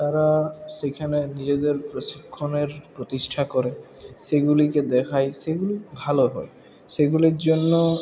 তারা সেখানে নিজেদের প্রশিক্ষণের প্রতিষ্ঠা করে সেইগুলিকে দেখায় সেগুলি ভালো হয় সেগুলির জন্য